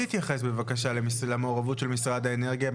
תתייחס בבקשה למעורבות של משרד האנרגיה.